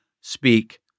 speak